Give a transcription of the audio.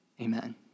Amen